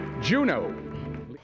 juno